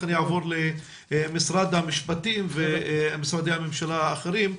נעבור למשרד המשפטים ולמשרדים האחרים.